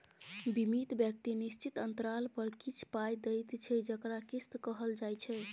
बीमित व्यक्ति निश्चित अंतराल पर किछ पाइ दैत छै जकरा किस्त कहल जाइ छै